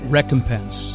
recompense